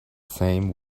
same